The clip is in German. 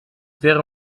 wäre